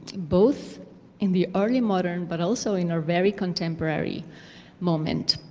both in the early modern, but also in our very contemporary moment.